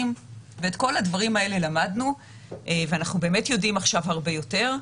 ואת כל הדברים האלה למדנו ואנחנו יודעים היום הרב יותר,